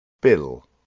Bill